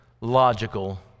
logical